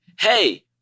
hey